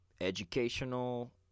educational